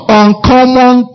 uncommon